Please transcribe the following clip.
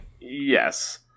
Yes